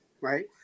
right